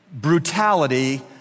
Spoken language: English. brutality